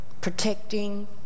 protecting